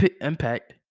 impact